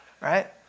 Right